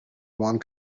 one